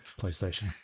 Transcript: PlayStation